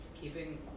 keeping